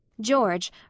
George